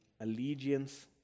allegiance